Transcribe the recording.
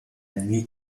nuit